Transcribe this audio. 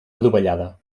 adovellada